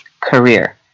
career